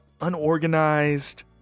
unorganized